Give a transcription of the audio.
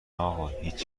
اقا، هیچ